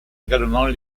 également